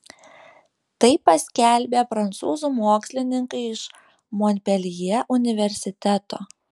tai paskelbė prancūzų mokslininkai iš monpeljė universiteto